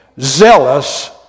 Zealous